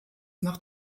nach